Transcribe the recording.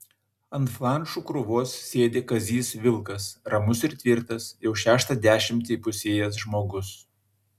ant flanšų krūvos sėdi kazys vilkas ramus ir tvirtas jau šeštą dešimtį įpusėjęs žmogus